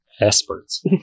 experts